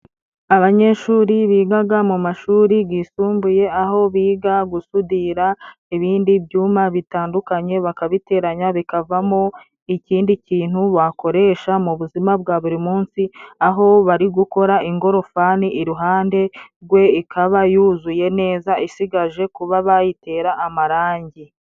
Abanyeshuri bigaga mu mashuri gisumbuye, aho biga gusudira ibindi byuma bitandukanye bakabiteranya bikavamo ikindi kintu bakoresha mu buzima bwa buri munsi, aho bari gukora ingorofani iruhande rwe. Ikaba yuzuye neza isigaje kuba bayitera amarangi.